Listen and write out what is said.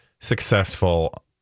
successful